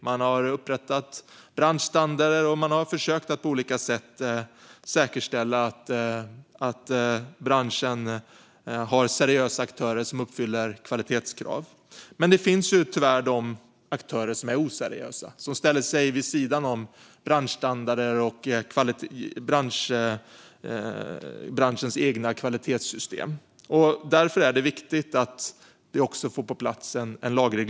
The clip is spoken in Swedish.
Man har upprättat branschstandarder och på olika sätt försökt säkerställa att branschens aktörer är seriösa och uppfyller kvalitetskraven. Men det finns tyvärr oseriösa aktörer som ställer sig vid sidan av branschstandarder och branschens egna kvalitetssystem. Det är därför viktigt att en lagreglering kommer på plats.